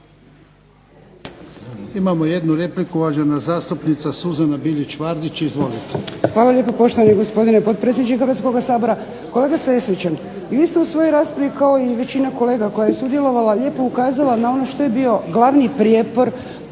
Imamo jednu repliku, uvažena zastupnica Suzana Bilić Vardić. Izvolite. **Bilić Vardić, Suzana (HDZ)** Hvala lijepa poštovani gospodine potpredsjedniče Hrvatskoga sabora. Kolega Sesvečan, vi ste u svojoj raspravi kao i većina kolega koja je sudjelovala lijepo ukazala na ono što je bio glavni prijepor